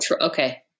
okay